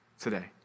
today